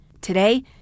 Today